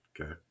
Okay